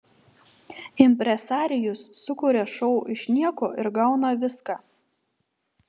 impresarijus sukuria šou iš nieko ir gauna viską